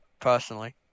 personally